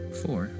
four